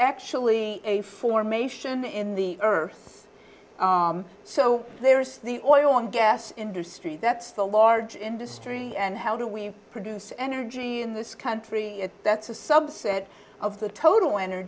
actually a formation in the earth so there is the oil and gas industry that's the large industry and how do we produce energy in this country that's a subset of the total